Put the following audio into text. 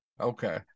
Okay